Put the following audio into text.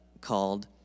called